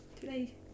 today